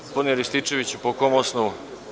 Gospodine Rističeviću, po kom osnovu?